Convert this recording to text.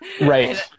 right